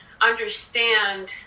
understand